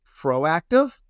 proactive